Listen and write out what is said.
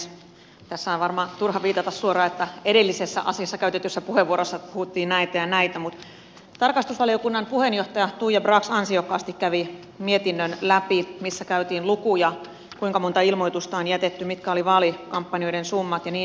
tässä on varmaan turha viitata suoraan että edellisessä asiaa koskevassa puheenvuorossa puhuttiin näitä ja näitä mutta tarkastusvaliokunnan puheenjohtaja tuija brax ansiokkaasti kävi läpi mietinnön missä käytiin läpi lukuja kuinka monta ilmoitusta on jätetty mitkä olivat vaalikampanjoiden summat ja niin edelleen